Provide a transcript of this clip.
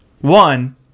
one